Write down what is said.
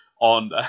on